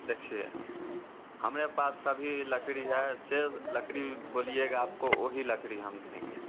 देखिए हमारे पास सभी लकड़ी है सिर्फ़ लकड़ी बोलिएगा आपको ओ ही लकड़ी हम देंगे